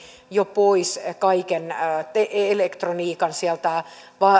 jo pois kaiken elektroniikan sieltä